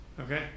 okay